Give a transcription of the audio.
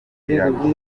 birarushya